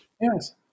Yes